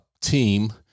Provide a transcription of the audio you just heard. team